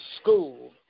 school